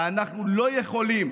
אנחנו לא יכולים